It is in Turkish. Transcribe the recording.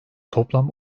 toplam